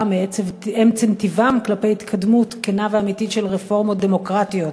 מעצם טיבם כלפי התקדמות כנה ואמיתית של רפורמות דמוקרטיות,